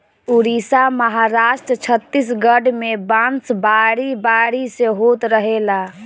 उड़ीसा, महाराष्ट्र, छतीसगढ़ में बांस बारी बारी से होत रहेला